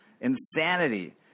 Insanity